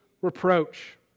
reproach